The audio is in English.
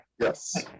Yes